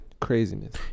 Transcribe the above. Craziness